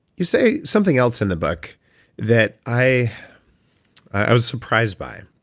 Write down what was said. you say something else in the book that i i was surprised by.